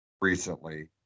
recently